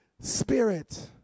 Spirit